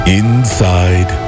inside